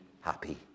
happy